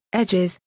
edges,